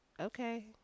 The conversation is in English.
Okay